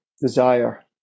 desire